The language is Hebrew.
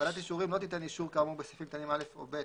ועדת אישורים לא תיתן אישור כאמור בסעיפים קטנים (א) או (ב),